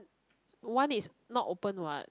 one is not open what